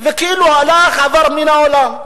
וכאילו הלך, עבר מן העולם.